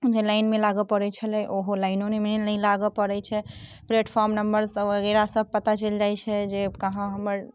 जे लाइन मे लागऽ पड़ै छलैया ओहो लाइनो मे नहि लागऽ पड़ै छै प्लेटफार्म नम्बर सँ वगेर सभ पता चलि जाइ छै जे कहाँ हमर